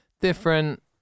different